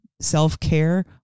self-care